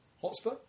Hotspur